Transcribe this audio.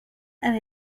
and